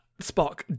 Spock